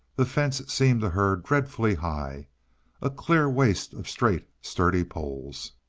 the fence seemed to her dreadfully high a clear waste of straight, sturdy poles.